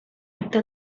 acte